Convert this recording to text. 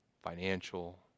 financial